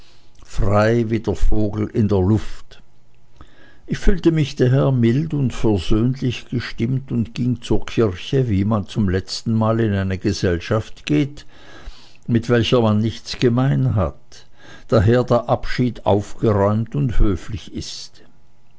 frei wie der vogel in der luft ich fühlte mich daher mild und versöhnlich gesinnt und ging zur kirche wie man zum letzten mal in eine gesellschaft geht mit welcher man nichts gemein hat daher der abschied aufgeräumt und höflich ist